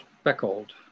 speckled